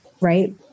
Right